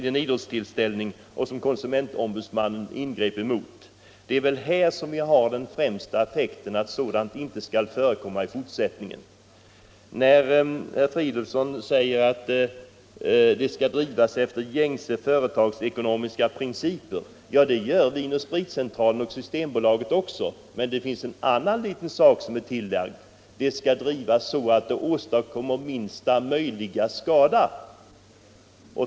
Den främsta effekten av statens köp av aktier i AB Pripps Bryggerier blir väl att sådant inte förekommer i fortsättningen. Herr Fridolfsson kritiserar uttrycket att företaget skall drivas efter gängse företagsekonomiska principer. Ja, men så sker ju i fråga om både Vin & Spritcentralen AB och Systembolaget. Men i propositionen finns ett litet tillägg, nämligen att verksamheten skall drivas så att den åstadkommer minsta möjliga skada.